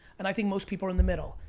and i think most people are in the middle.